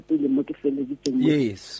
yes